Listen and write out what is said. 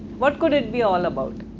what could it be all about?